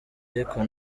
ariko